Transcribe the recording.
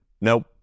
nope